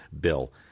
bill